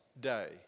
day